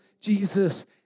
Jesus